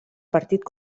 partit